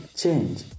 change